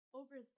over